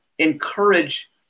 encourage